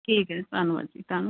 ਠੀਕ ਹੈ ਧੰਨਵਾਦ ਜੀ ਧੰਨ